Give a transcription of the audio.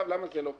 למה זה לא קורה?